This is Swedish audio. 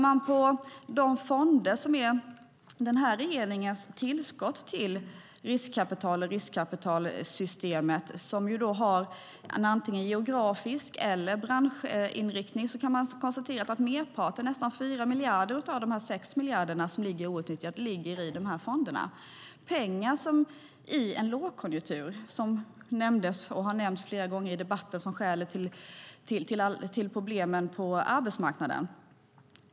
Av de fonder som är regeringens tillskott till riskkapital och riskkapitalsystemet, som ju har en antingen geografisk inriktning eller branschinriktning, kan man konstatera att merparten, nästan 4 miljarder av de 6 miljarderna, ligger outnyttjade. Det är pengar i en lågkonjunktur som har nämnts flera gånger i debatten som skälet till problemen på arbetsmarknaden.